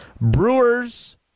Brewers